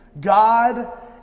God